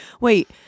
wait